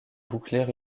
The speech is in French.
boucler